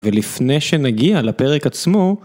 ולפני שנגיע לפרק עצמו.